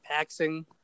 Paxing